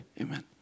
Amen